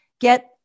get